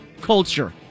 culture